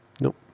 Nope